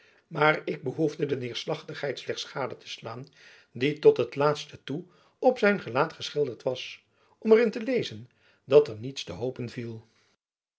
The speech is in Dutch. maar ik behoefde de neêrslachtigjacob van lennep elizabeth musch heid slechts gade te slaan die tot het laatste toe op zijn gelaat geschilderd was om er in te lezen dat er niets te hopen viel